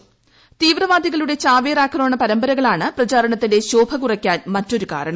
കേസിൽ തീവ്രവാദികളുടെ ചാവേർ ആക്രമണ പരമ്പരകളാണ് പ്രചരണത്തിന്റെ ശോഭ കുറക്കാൻ മറ്റൊരു കാരണം